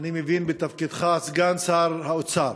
אני מבין, בתפקידך סגן שר האוצר,